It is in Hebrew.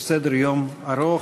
יש סדר-יום ארוך.